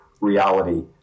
reality